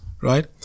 right